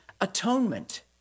atonement